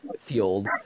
field